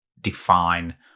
define